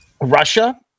russia